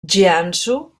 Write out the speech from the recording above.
jiangsu